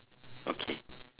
okay